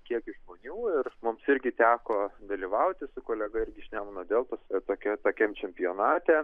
kiekį žmonių ir mums irgi teko dalyvauti su kolega irgi iš nemuno deltos tokia tokiam čempionate